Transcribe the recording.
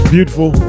Beautiful